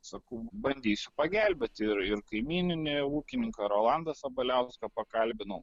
sakau bandysiu pagelbėti ir ir kaimyninį ūkininką rolandą sabaliauską pakalbinau